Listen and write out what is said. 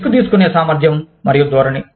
risk తీసుకునే సామర్థ్యం మరియు ధోరణి